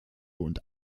und